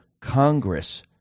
congress